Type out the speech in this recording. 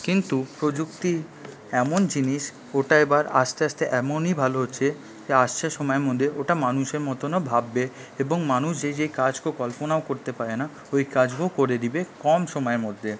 কিন্তু প্রযুক্তি এমন জিনিস ওটা এবার আস্তে আস্তে এমনই ভালো হচ্ছে আসছে সময়ের মধ্যে ওটা মানুষের মতনও ভাববে এবং মানুষ যেই যেই কাজকে কল্পনাও করতে পারে না ওই কাজকেও করে দিবে কম সময়ের মধ্যে